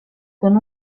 con